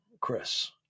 Chris